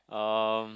um